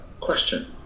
question